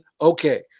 Okay